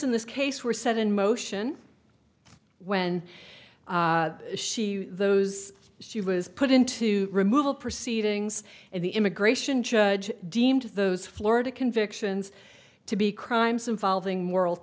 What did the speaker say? in this case were set in motion when those she was put into removal proceedings in the immigration judge deemed those florida convictions to be crimes involving moral